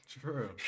true